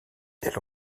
elle